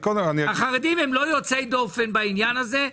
החרדים הם לא יוצאי דופן בעניין הזה.